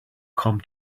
come